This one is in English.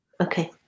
Okay